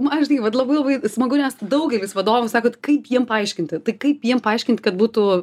man žinai vat labai labai smagu nes daugelis vadovų sako kaip jiem paaiškinti tai kaip jiem paaiškinti kad būtų